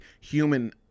human